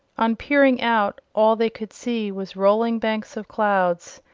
on peering out all they could see was rolling banks of clouds,